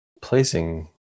placing